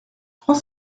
trois